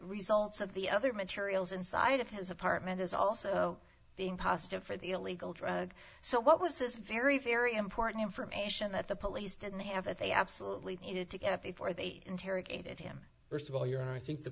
results of the other materials inside of his apartment is also being positive for the illegal drug so what was this very very important information that the police didn't have that they absolutely needed to get before they interrogated him first of all your